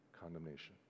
condemnation